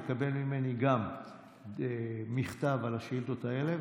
הוא יקבל ממני גם מכתב על השאילתות האלה,